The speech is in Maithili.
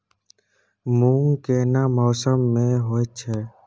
मूंग केना मौसम में होय छै?